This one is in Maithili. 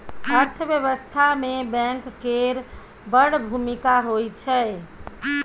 अर्थव्यवस्था मे बैंक केर बड़ भुमिका होइ छै